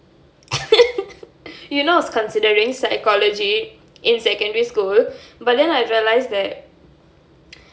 you know I was considering psychology in secondary school but then I realised that